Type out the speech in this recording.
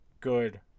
good